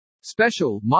Special